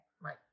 Right